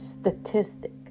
statistic